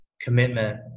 commitment